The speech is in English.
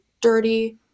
dirty